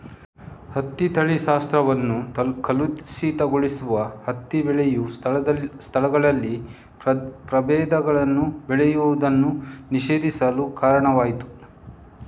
ಹತ್ತಿಯ ತಳಿಶಾಸ್ತ್ರವನ್ನು ಕಲುಷಿತಗೊಳಿಸುವ ಹತ್ತಿ ಬೆಳೆಯ ಸ್ಥಳಗಳಲ್ಲಿ ಪ್ರಭೇದಗಳನ್ನು ಬೆಳೆಯುವುದನ್ನು ನಿಷೇಧಿಸಲು ಕಾರಣವಾಯಿತು